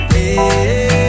Hey